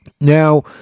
Now